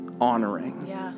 honoring